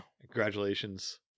Congratulations